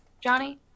Johnny